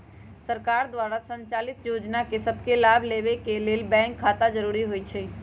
सरकार द्वारा संचालित जोजना सभके लाभ लेबेके के लेल बैंक खता जरूरी होइ छइ